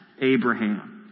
Abraham